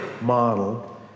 model